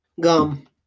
Gum